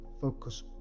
Focus